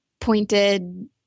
pointed